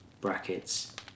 Brackets